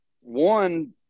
one